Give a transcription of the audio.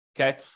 okay